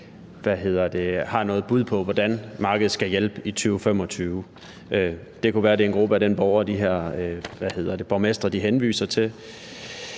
har noget bud på hvordan markedet skal hjælpe i 2025. Det kunne være, det er en gruppe af de borgere, de her borgmestre henviser til.